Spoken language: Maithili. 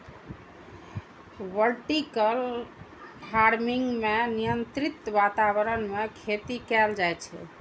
वर्टिकल फार्मिंग मे नियंत्रित वातावरण मे खेती कैल जाइ छै